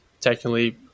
technically